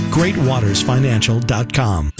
GreatWatersFinancial.com